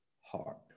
heart